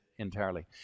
Entirely